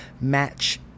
match